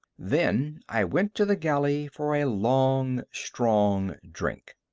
then i went to the galley for a long, strong drink.